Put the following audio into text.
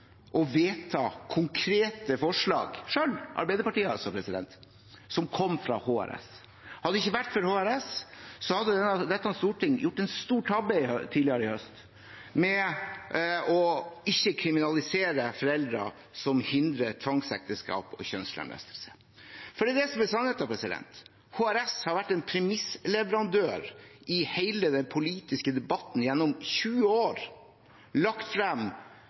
å vedta konkrete forslag – selv Arbeiderpartiet – som kom fra HRS. Hadde det ikke vært for HRS, hadde dette storting gjort en stor tabbe tidligere i høst ved ikke å kriminalisere foreldre som ikke hindrer tvangsekteskap og kjønnslemlestelse. For det er det som er sannheten. HRS har vært en premissleverandør i hele den politiske debatten gjennom 20 år. De har lagt frem